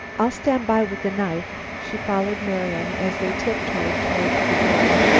i'll stand by with the knife. she followed marian, as they tiptoed toward the door.